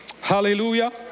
Hallelujah